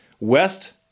West